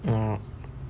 mm